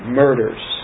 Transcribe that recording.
murders